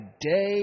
day